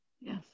Yes